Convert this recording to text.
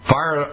Fire